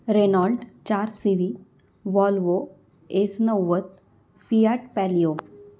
Renault चार C V Volvo S नव्वद Fiat palaeo